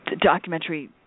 documentary